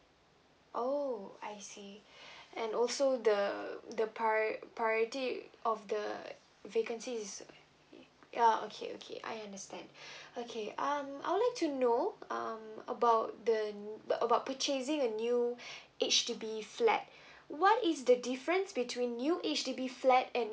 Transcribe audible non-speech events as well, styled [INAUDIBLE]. oh I see [BREATH] and also the the prio~ priority of the vacancy is okay yeah okay okay I understand [BREATH] okay um I would like to know um about the about purchasing a new [BREATH] H_D_B flat [BREATH] what is the difference between new H_D_B flat and